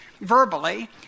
verbally